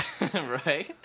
Right